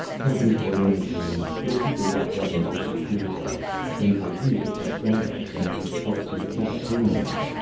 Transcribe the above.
help me put her in a room. we'll keep her locked up until she cools off. then we'll use her to guide us when we get to kataproimnoin.